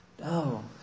No